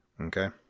Okay